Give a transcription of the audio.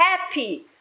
happy